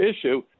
issue